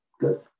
good